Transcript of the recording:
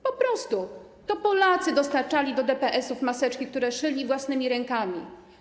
Po prostu Polacy dostarczali do DPS-ów maseczki, które szyli własnymi rękami.